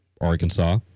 Arkansas